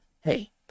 hey